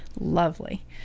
Lovely